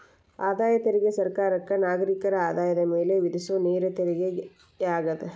ಆದಾಯ ತೆರಿಗೆ ಸರ್ಕಾರಕ್ಕ ನಾಗರಿಕರ ಆದಾಯದ ಮ್ಯಾಲೆ ವಿಧಿಸೊ ನೇರ ತೆರಿಗೆಯಾಗ್ಯದ